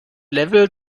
level